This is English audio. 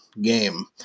game